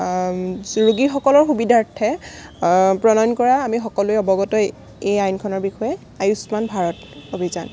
ৰোগীসকলৰ সুবিধাৰ্থে প্ৰণয়ন কৰা আমি সকলোৱে অৱগতই এই আইনখনৰ বিষয়ে আয়ুষ্মান ভাৰত অভিযান